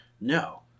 no